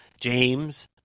James